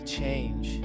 change